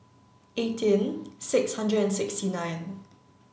eighteen six hundred and sixty nine